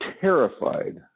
terrified